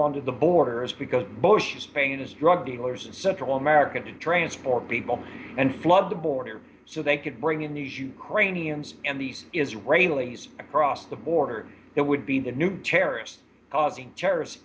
onto the border is because bush is paying his drug dealers and central american to transport people and flood the border so they could bring in these ukrainians and these israelis across the border that would be the new terrorists causing terrorist